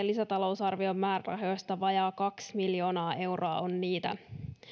lisätalousarvion määrärahoista vajaa kaksi miljoonaa euroa on niitä